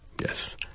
Yes